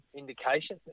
indication